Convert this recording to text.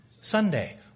Sunday